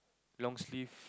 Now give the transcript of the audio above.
long sleeve